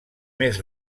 més